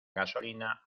gasolina